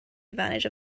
advantage